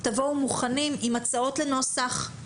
תבואו מוכנים עם הצעות לנוסח,